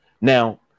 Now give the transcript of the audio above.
Now